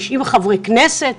עם חברי הכנסת.